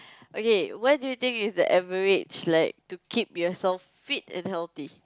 okay what do you think is the average like to keep yourself fit and healthy